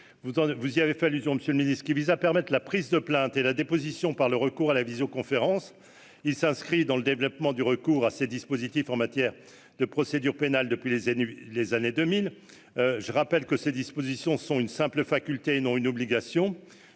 vous y avez fait allusion, Monsieur le Ministre, qui vise à permettre la prise de plainte et la déposition par le recours à la visio-conférence, il s'inscrit dans le développement du recours à ces dispositifs en matière de procédure pénale depuis les années, les années 2000, je rappelle que ces dispositions sont une simple faculté et non une obligation,